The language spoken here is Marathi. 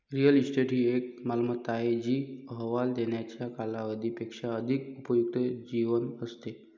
रिअल इस्टेट ही एक मालमत्ता आहे जी अहवाल देण्याच्या कालावधी पेक्षा अधिक उपयुक्त जीवन असते